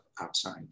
outside